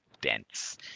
dense